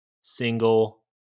single